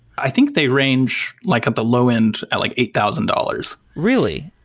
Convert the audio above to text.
i think they range like at the low-end at like eight thousand dollars. really?